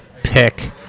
pick